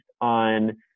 on